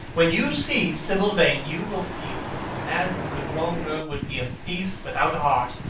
when you see sibyl vane, you will feel that the man who could wrong her would be a beast without a heart.